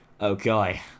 Okay